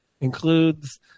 Includes